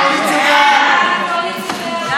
הצעת ועדת הכנסת בדבר